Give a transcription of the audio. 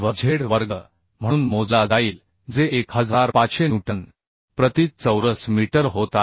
6Vz वर्ग म्हणून मोजला जाईल जे 1500 न्यूटन प्रति चौरस मीटर होत आहे